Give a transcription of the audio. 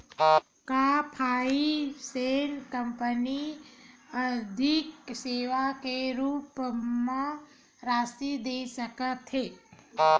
का finance company आर्थिक सेवा के रूप म राशि दे सकत हे?